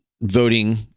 voting